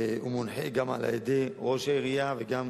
על-פי מה שהוא מונחה על-ידי ראש העירייה, וגם